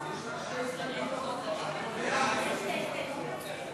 נא להצביע.